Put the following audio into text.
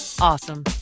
awesome